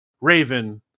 raven